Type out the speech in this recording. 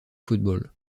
football